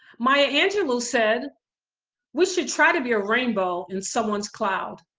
maya angelou said we should try to be a rainbow in someone's cloud